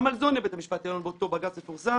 גם על זה עונה בית המשפט העליון באותו בג"ץ מפורסם.